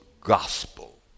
gospel